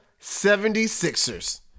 76ers